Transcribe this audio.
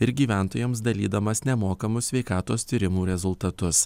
ir gyventojams dalydamas nemokamus sveikatos tyrimų rezultatus